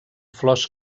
flors